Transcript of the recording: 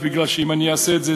מפני שאם אני אעשה את זה,